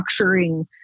structuring